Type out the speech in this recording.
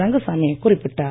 ரங்கசாமி குறிப்பிட்டார்